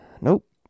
Nope